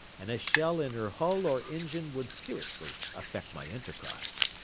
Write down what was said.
and a shell in her hull or engine would seriously affect my enterprise.